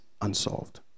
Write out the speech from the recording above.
unsolved